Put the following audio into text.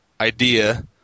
idea